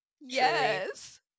yes